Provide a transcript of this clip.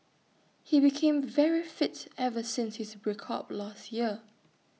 he became very fit ever since his break up last year